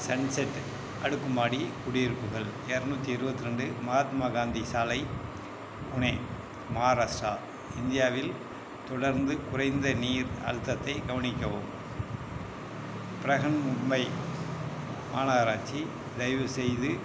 sunset அடுக்குமாடி குடியிருப்புகள் எரநூற்றி இருபத்து ரெண்டு மகாத்மா காந்தி சாலை புனே மகாராஷ்ட்ரா இந்தியாவில் தொடர்ந்து குறைந்த நீர் அழுத்தத்தைக் கவனிக்கவும் ப்ரஹன்மும்பை மாநகராட்சி தயவுசெய்து